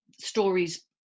stories